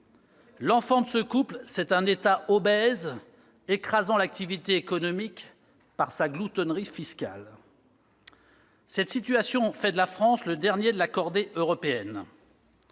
L'enfant de ce couple, c'est un État obèse, écrasant l'activité économique par sa gloutonnerie fiscale. Cette situation fait de la France le dernier de la cordée européenne.